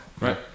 right